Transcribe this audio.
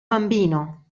bambino